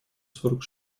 сорок